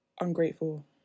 ungrateful